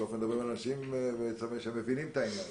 אנחנו מדברים על אנשים שמבינים את העניין